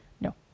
No